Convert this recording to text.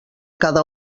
cada